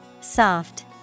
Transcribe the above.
Soft